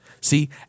See